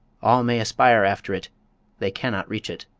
all may aspire after it they cannot reach it.